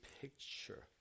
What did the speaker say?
picture